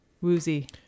woozy